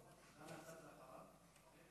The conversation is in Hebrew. רוח הדברים.